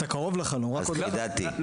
אז חידדתי,